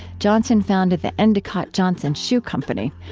johnson founded the endicott-johnson shoe company,